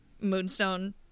Moonstone